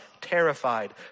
terrified